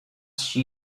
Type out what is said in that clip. she